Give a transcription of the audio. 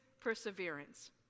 perseverance